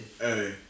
Hey